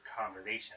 conversation